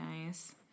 nice